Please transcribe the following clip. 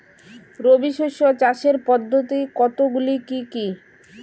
রবি শস্য চাষের পদ্ধতি কতগুলি কি কি?